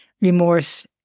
remorse